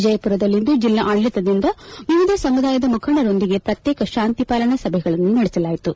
ವಿಜಯಪುರದಲ್ಲಿಂದು ಜಿಲ್ಲಾಡಳಿತದಿಂದ ವಿವಿಧ ಸಮುದಾಯದ ಮುಖಂಡರೊಂದಿಗೆ ಪ್ರತ್ಯೇಕ ಶಾಂತಿಪಾಲನಾ ಸಭೆಗಳನ್ನು ನಡೆಸಲಾಯಿತು